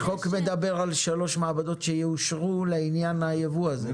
החוק זה מדבר על שלוש מעבדות שיאושרו לעניין הייבוא הזה,